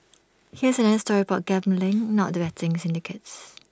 here's another story about gambling not betting syndicates